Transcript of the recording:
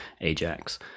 AJAX